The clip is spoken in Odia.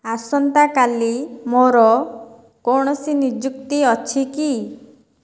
ଆସନ୍ତାକାଲି ମୋର କୌଣସି ନିଯୁକ୍ତି ଅଛି କି